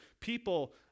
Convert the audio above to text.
People